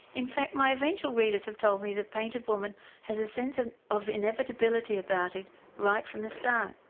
in fact my eventual readers have told me the painted woman has a sense of of inevitability about it right from the start.